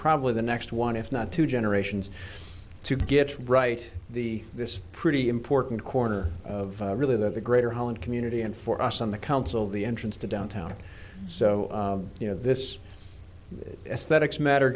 probably the next one if not two generations to get right the this pretty important corner of really that the greater whole and community and for us on the council the entrance to downtown so you know this